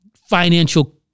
financial